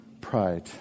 pride